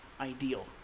ideal